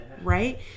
Right